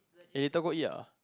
eh later go eat ah